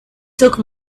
took